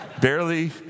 barely